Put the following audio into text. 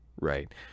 right